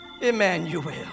Emmanuel